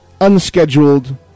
unscheduled